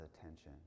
attention